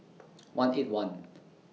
one eight one